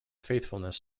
faithfulness